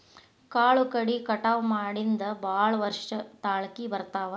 ಕಾಳು ಕಡಿ ಕಟಾವ ಮಾಡಿಂದ ಭಾಳ ವರ್ಷ ತಾಳಕಿ ಬರ್ತಾವ